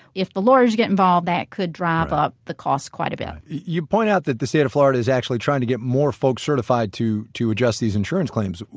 if the lawyers get involved that could drive up the costs quite about it you point out that the state of florida is actually trying to get more folks certified to to address these insurance claims.